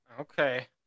Okay